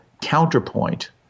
counterpoint